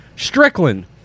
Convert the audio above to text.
Strickland